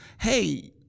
hey